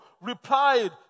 replied